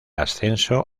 ascenso